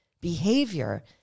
behavior